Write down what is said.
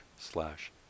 slash